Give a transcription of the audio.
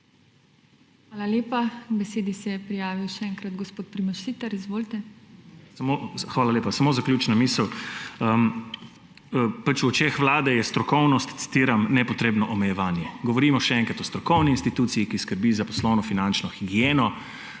Hvala lepa. K besedi se je prijavil še enkrat gospod Primož Siter. Izvolite. PRIMOŽ SITER (PS Levica): Hvala lepa. Samo zaključna misel. V očeh Vlade je strokovnost, citiram, »nepotrebno omejevanje«. Govorimo, še enkrat, o strokovni instituciji, ki skrbi za poslovno-finančno higieno,